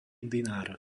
dinár